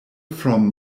from